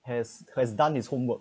has has done his homework